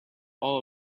all